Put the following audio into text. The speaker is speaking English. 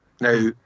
Now